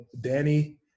Danny